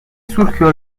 surgió